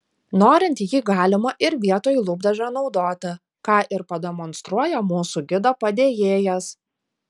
norint jį galima ir vietoj lūpdažio naudoti ką ir pademonstruoja mūsų gido padėjėjas